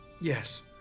Yes